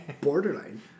Borderline